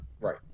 Right